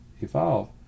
evolve